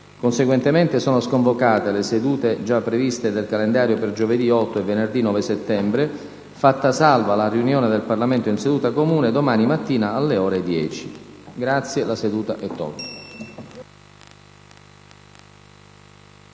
Conseguentemente, sono sconvocate le sedute già previste dal calendario per giovedì 8 e venerdì 9 settembre, fatta salva la riunione del Parlamento in seduta comune domani mattina, alle ore 10. **Calendario